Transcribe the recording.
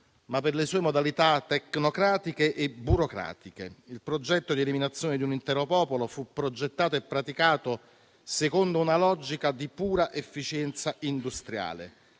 ma per le sue modalità tecnocratiche e burocratiche. Il progetto di eliminazione di un intero popolo fu pensato e praticato secondo una logica di pura efficienza industriale.